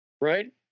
right